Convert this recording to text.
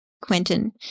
Quentin